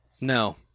No